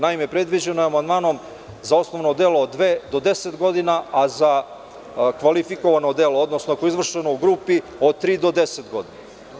Naime, predviđeno je amandmanom za osnovno delo od dve do deset godina, a za kvalifikovano delo, odnosno ako je izvršeno u grupi, od tri do 10 godina.